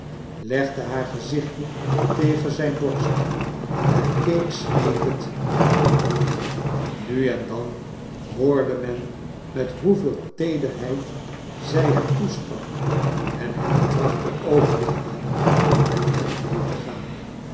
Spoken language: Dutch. legde haar gezichtje tegen zijn borst en keek smeekend naar hem op nu en dan hoorde men met hoeveel teederheid zij hem toesprak en hem trachtte over te halen met hem mee te gaaru